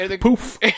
Poof